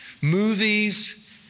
movies